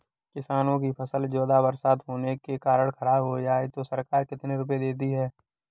किसानों की फसल ज्यादा बरसात होने के कारण खराब हो जाए तो सरकार कितने रुपये देती है?